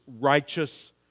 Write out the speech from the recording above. righteous